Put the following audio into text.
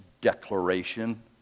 declaration